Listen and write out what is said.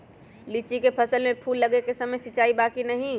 लीची के फसल में फूल लगे के समय सिंचाई बा कि नही?